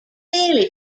merely